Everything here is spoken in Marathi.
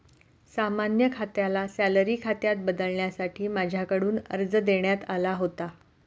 सामान्य खात्याला सॅलरी खात्यात बदलण्यासाठी माझ्याकडून अर्ज देण्यात आला होता